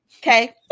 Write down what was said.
Okay